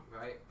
right